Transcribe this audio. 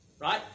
Right